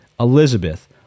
Elizabeth